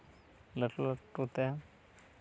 ᱞᱟᱹᱴᱩ ᱞᱟᱹᱴᱩᱛᱮ